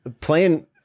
playing